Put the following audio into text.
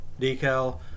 decal